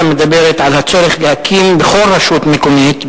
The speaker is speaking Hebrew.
מדברת על הצורך להקים בכל רשות מקומית,